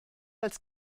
als